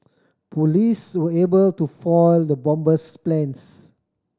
police were able to foil the bomber's plans